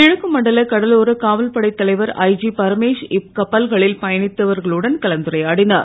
கிழக்கு மண்டல கடலோர காவல்படை தலைவர் ஐஜி பரமேஷ் இக்கப்பல்களில் பயணித்தவர்களுடன் கலந்துரையாடினார்